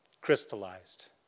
crystallized